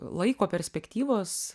laiko perspektyvos